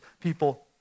people